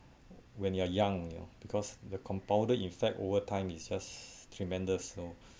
when you are young you know because the compounded in fact over time is just tremendous you know